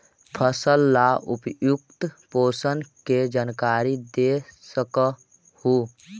फसल ला उपयुक्त पोषण के जानकारी दे सक हु?